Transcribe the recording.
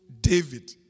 David